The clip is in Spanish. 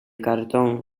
cartón